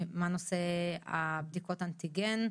מה נושא בדיקות האנטיגן,